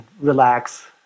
relax